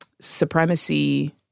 Supremacy